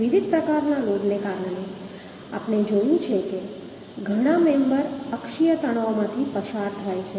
વિવિધ પ્રકારના લોડને કારણે આપણે જોયું છે કે ઘણા મેમ્બર અક્ષીય તણાવ હેઠળ પસાર થાય છે